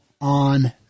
on